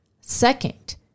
Second